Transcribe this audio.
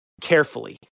carefully